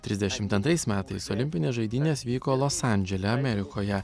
trisdešimt antrais metais olimpinės žaidynės vyko los andžele amerikoje